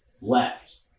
left